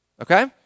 Okay